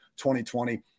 2020